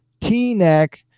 T-neck